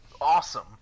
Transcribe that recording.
awesome